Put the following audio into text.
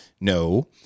No